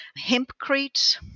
Hempcrete